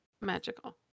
magical